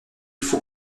faut